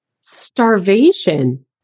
starvation